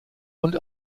und